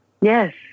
Yes